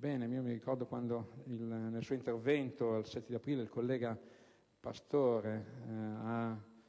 Ricordo quando nel suo intervento del 7 aprile il collega Pastore